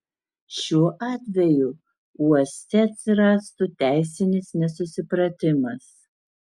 šiuo atveju uoste atsirastų teisinis nesusipratimas